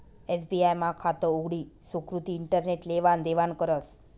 SBI मा खातं उघडी सुकृती इंटरनेट लेवान देवानं करस